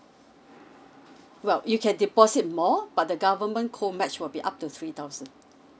well you can deposit more but the government co match would be up to three thousand